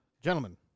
Gentlemen